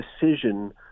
decision